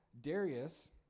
Darius